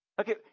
Okay